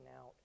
out